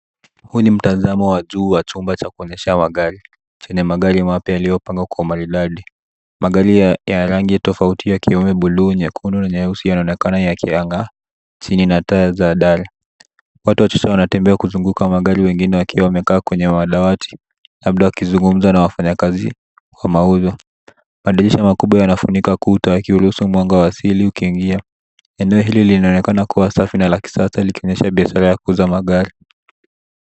Huu ni mtazamo wa juu wa chumba cha kuonyesha magari, chenye magari mapya yaliyopangwa kwa umaridadi. Magari yana rangi tofauti yakiwemo buluu, nyekundu, nyeusi yanaonekana yakiangaa chini ya taa za dari. Watu wachache wanatembea wakizunguka magari wengine wakiwa wamekaa kwenye madawati, labda wakizungumza na wafanyakazi wa mauzo. Madirisha makubwa yanafunika kuta yakiruhusu mwanga wa asili ukiingia. Eneo hili linaonekana kuwa safi na la kisasa likionyesha biashara ya kuuza magari.